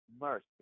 Mercy